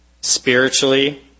Spiritually